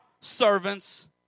servants